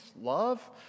love